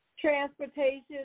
Transportation